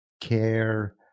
care